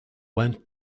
went